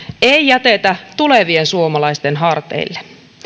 ei jätetä tulevien suomalaisten harteille